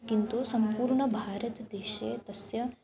किन्तु सम्पूर्णभारतदेशे तस्य